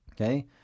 Okay